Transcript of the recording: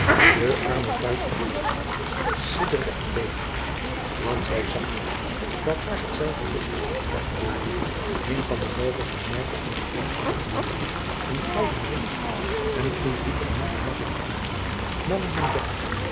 de arme bruid achter het vat sidderde en beefde want zij zag wel dat haar hetzelfde lot was toegedacht een van de roovers bemerkte aan de pink van de vermoorde een gouden ring en toen die er niet gemakkelijk afging nam hij een